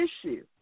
issue